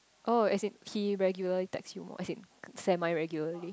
oh as in he regularly text you more as in semi regularly